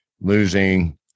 losing